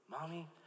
mommy